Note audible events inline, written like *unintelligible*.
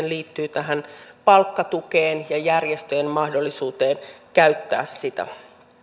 *unintelligible* liittyy tähän palkkatukeen ja järjestöjen mahdollisuuteen käyttää sitä